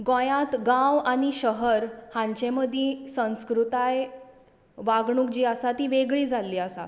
गोंयात गांव आनी शहर हांचे मदीं संस्कृताय वागणूक जी आसा ती वेगळी जाल्ली आसा